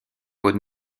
aux